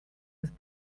his